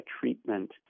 treatment